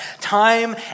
time